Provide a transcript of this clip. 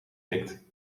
tikt